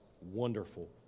wonderful